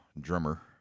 drummer